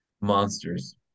monsters